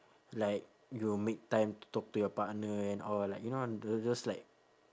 like you make time to talk to your partner and all like you know those those like